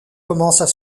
commencent